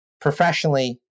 professionally